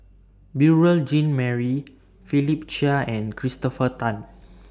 Beurel Jean Marie Philip Chia and Christopher Tan